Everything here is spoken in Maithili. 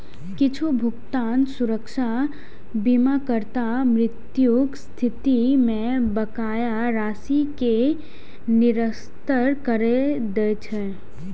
किछु भुगतान सुरक्षा बीमाकर्ताक मृत्युक स्थिति मे बकाया राशि कें निरस्त करै दै छै